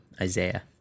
Isaiah